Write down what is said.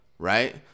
Right